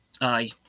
Aye